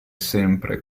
sempre